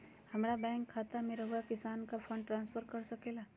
हमरा बैंक खाता से रहुआ कितना का फंड ट्रांसफर कर सके ला?